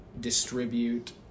distribute